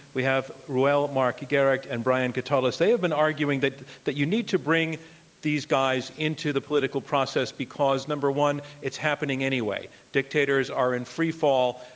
we have reuel marc gerecht and brian katulis. they have been arguing that that you need to bring these guys into the political process because, number one, it's happening anyway. dictators are in free fall.